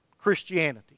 Christianity